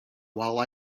while